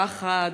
פחד,